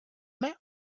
met